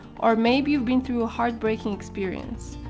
or maybe you've been through a heartbreaking experience.